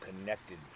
connected